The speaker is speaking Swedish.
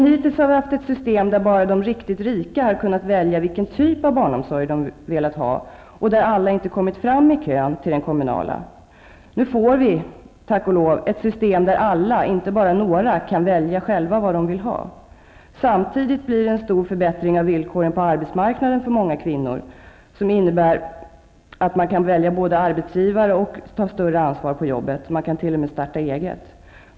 Hittills har vi haft ett system där bara de riktigt rika har kunnat välja vilken typ av barnomsorg de velat ha och där inte alla har kommit fram i den kommunala kön. Nu får vi, tack och lov, ett system där alla, inte bara några, kan själva välja vad de vill ha. Samtidigt blir det en stor förbättring av villkoren på arbetsmarknaden för många kvinnor. Det innebär att de kan både välja arbetsgivare och ta större ansvar i arbetet -- kanske t.o.m. starta eget.